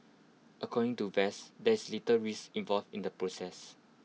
according to vets there is little risk involved in the process